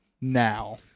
now